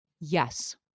Yes